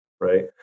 right